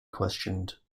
questioned